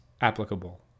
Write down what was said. applicable